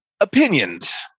opinions